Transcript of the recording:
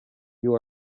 you